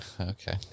okay